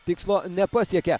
tikslo nepasiekė